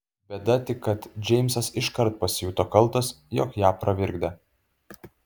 bėda tik kad džeimsas iškart pasijuto kaltas jog ją pravirkdė